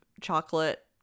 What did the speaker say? chocolate